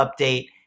update